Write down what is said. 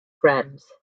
friends